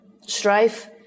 strife